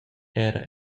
era